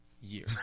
year